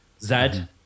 Zed